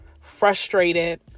frustrated